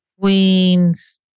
Queens